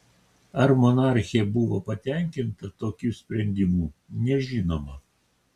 ar monarchė buvo patenkinta tokiu sprendimu nežinoma